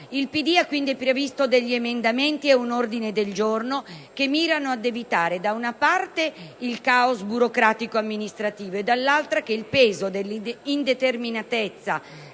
Il PD ha quindi previsto alcuni emendamenti e un ordine del giorno, che mirano ad evitare, da una parte, il caos burocratico-amministrativo e, dall'altra, che il peso dell'indeterminatezza